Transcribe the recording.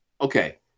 Okay